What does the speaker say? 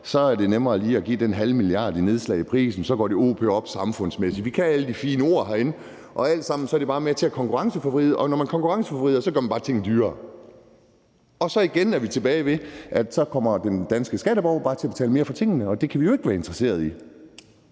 så er det nemmere lige at give den halve milliard kroner til et nedslag i prisen, og så går det o p op samfundsmæssigt. Vi kan alle de fine ord herinde, men det er alt sammen bare med til at konkurrenceforvride, og når man konkurrenceforvrider, så gør man bare tingene dyrere. Så er vi igen tilbage ved, at den danske skatteborger bare kommer til at betale mere for tingene, og det kan vi jo ikke være interesserede i.